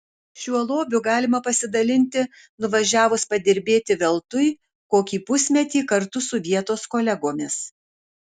šiuo lobiu galima pasidalinti nuvažiavus padirbėti veltui kokį pusmetį kartu su vietos kolegomis